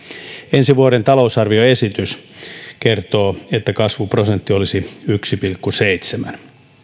ensi vuoden talousarvioesitys kertoo että kasvuprosentti olisi yksi pilkku seitsemän velanotto